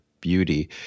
beauty